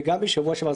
וגם בשבוע שעבר.